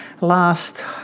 last